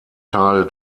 teile